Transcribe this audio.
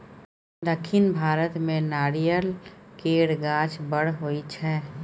दक्खिन भारत मे नारियल केर गाछ बड़ होई छै